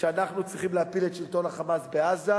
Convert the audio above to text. שאנחנו צריכים להפיל את שלטון ה"חמאס" בעזה,